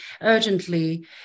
urgently